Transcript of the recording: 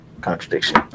contradiction